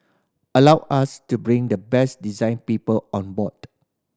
allowed us to bring the best design people on board